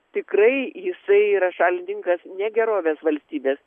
tikrai jisai yra šalininkas ne gerovės valstybės